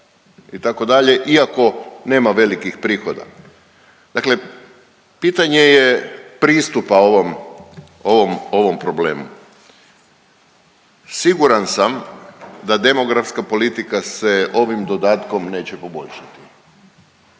iako nema velikih prihoda. Dakle, pitanje je pristupa ovom problemu. Siguran sam da demografska politika se ovim dodatkom neće poboljšati.